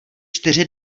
čtyři